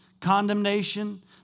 condemnation